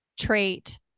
trait